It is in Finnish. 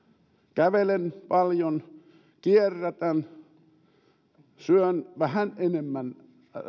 kävelen paljon kierrätän syön vähän enemmän